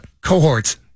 cohorts